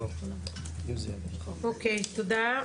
תודה.